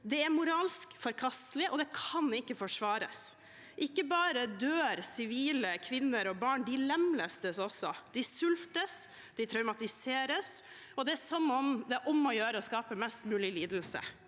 det er moralsk forkastelig, og det kan ikke forsvares. Ikke bare dør sivile kvinner og barn, de lemlestes også. De sultes, og de traumatiseres. Det er som om det er om å gjøre å skape mest mulig lidelse.